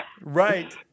right